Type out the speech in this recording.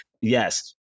Yes